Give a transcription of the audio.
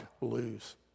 lose